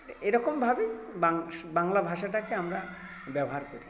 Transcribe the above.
এরকমভাবেই মানুষ বাংলা ভাষাটাকে আমরা ব্যবহার করি